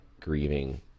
grieving